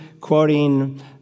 quoting